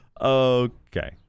okay